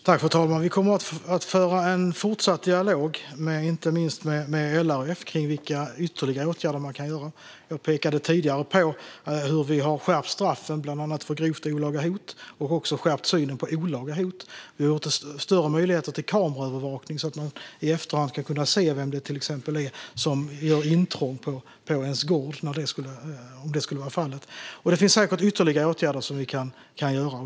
Fru talman! Vi kommer att föra en fortsatt dialog, inte minst med LRF, om vilka ytterligare åtgärder som kan vidtas. Jag pekade tidigare på hur vi har skärpt straffen, bland annat för grovt olaga hot, och också skärpt synen på olaga hot. Vi har ökat möjligheterna till kameraövervakning så att man i efterhand ska kunna se till exempel vem som gör intrång på ens gård, om detta skulle vara fallet. Det finns säkert ytterligare åtgärder som vi kan vidta.